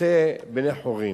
אצא בן-חורין.